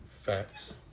Facts